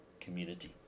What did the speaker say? community